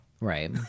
Right